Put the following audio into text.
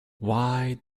why